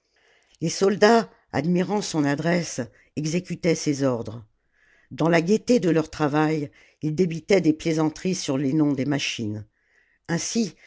les soldats admirant son adresse exécutaient ses ordres dans la gaieté de leur travail ils débitaient des plaisanteries sur les noms des machines ainsi